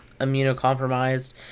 immunocompromised